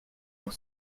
pour